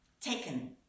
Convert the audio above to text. taken